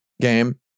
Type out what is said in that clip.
game